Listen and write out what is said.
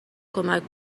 کمک